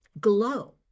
glow